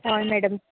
हय मॅडम